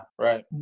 Right